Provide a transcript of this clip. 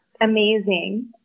amazing